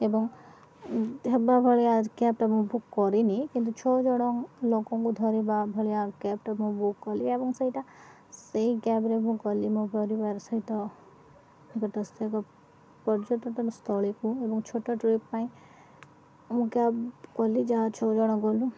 ଏବଂ ହେବା ଭଳିଆ କ୍ୟାବ୍ଟା ମୁଁ ବୁକ୍ କରିନି କିନ୍ତୁ ଛଅଜଣ ଲୋକଙ୍କୁ ଧରିବା ଭଳିଆ କ୍ୟାବ୍ଟା ମୁଁ ବୁକ୍ କଲି ଏବଂ ସେଇଟା ସେଇ କ୍ୟାବ୍ରେ ମୁଁ କଲି ମୋ ପରିବାର ସହିତ ନିକଟସ୍ଥ ଏକ ପର୍ଯ୍ୟଟନସ୍ଥଳୀକୁ ଏବଂ ଛୋଟ ଟ୍ରିପ୍ ପାଇଁ ମୁଁ କ୍ୟାବ୍ କଲି ଯାହା ଛଅଜଣ ଗଲୁ